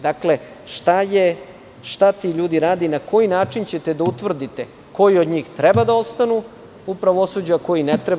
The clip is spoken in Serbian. Dakle, šta ti ljudi rade i na koji način ćete da utvrdite koji od njih treba da ostanu u pravosuđu, a koji ne treba?